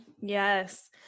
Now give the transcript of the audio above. Yes